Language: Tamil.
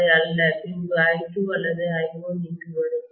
அது அல்ல பின்பு I2 அல்லது I1 இங்கு வரும்